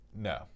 No